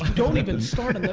don't even start on the,